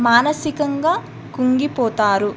మానసికంగా కుంగిపోతారు